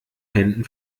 händen